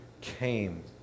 came